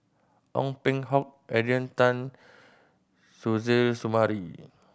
Ong Peng Hock Adrian Tan Suzairhe Sumari